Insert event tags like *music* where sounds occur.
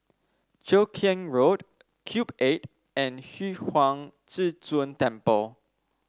Cheow Keng Road Cube Eight and *unintelligible* Huang Zhi Zun Temple